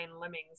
lemmings